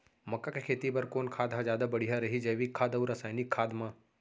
मक्का के खेती बर कोन खाद ह जादा बढ़िया रही, जैविक खाद अऊ रसायनिक खाद मा?